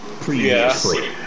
previously